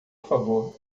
favor